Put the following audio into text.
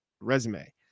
resume